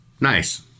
Nice